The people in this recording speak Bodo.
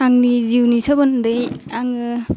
आंनि जिउनि सोमोन्दै आङो